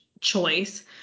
choice